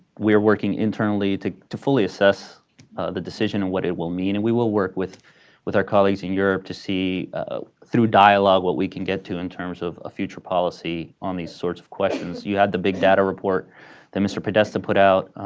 we are working internally to to fully assess the decision and what it will mean, and we will work with with our colleagues in europe to see through dialogue what we can get to in terms of a future policy on these sorts of questions. you had the big data report that mr. podesta put out